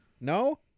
no